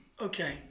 Okay